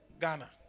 Ghana